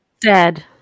dead